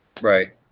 right